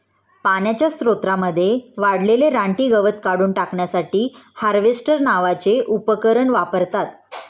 पाण्याच्या स्त्रोतांमध्ये वाढलेले रानटी गवत काढून टाकण्यासाठी हार्वेस्टर नावाचे उपकरण वापरतात